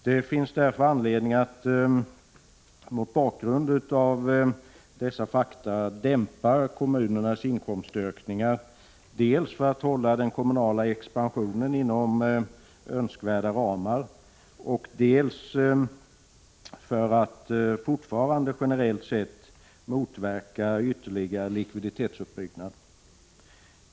Det finns därför anledning att mot bakgrund av dessa fakta dämpa kommunernas inkomstökningar, dels för att hålla den kommunala expansionen inom önskvärda ramar, dels för att —- fortfarande generellt sett — motverka ytterligare likviditetsuppbyggnad.